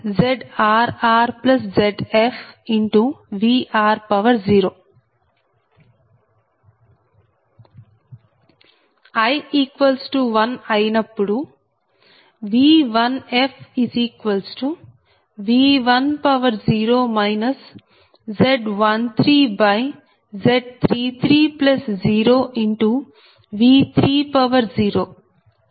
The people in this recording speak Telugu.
i 1 అయినప్పుడు V1fV10 Z13Z330V301 j0